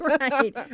Right